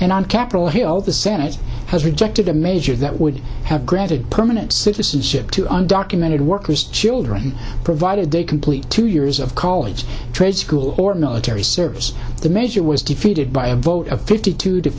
and on capitol hill the senate has rejected a measure that would have granted permanent citizenship to undocumented workers children provided they complete two years of college trade school or military service the measure was defeated by a vote of fifty two to